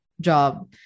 job